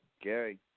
Gary